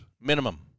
minimum